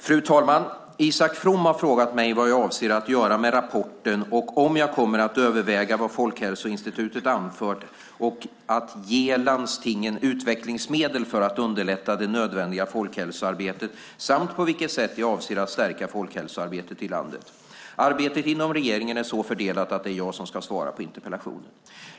Fru talman! Isak From har frågat statsrådet Maria Larsson vad hon avser att göra med rapporten, om hon kommer att överväga vad Folkhälsoinstitutet anfört och ge landstingen utvecklingsmedel för att underlätta det nödvändiga folkhälsoarbetet samt på vilket annat sätt hon avser att stärka folkhälsoarbetet i landet. Arbetet inom regeringen är så fördelat att det är jag som ska svara på interpellationen.